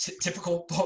typical